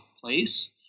place